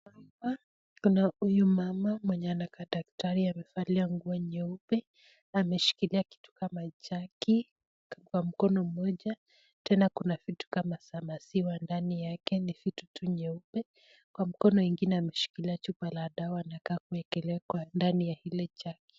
Hapa kuna huyu mama mwenye anakaa daktari amevalia nguo nyeupe, ameshikilia kitu kama jagi kwa mkono mmoja, tena kuna vitu kama za maziwa ndani yake, ni vitu tu nyeupe. Kwa mkono ingine ameshikilia chupa la dawa, anakaa kuekelea kwa ndani ya hili jagi.